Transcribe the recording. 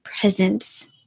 presence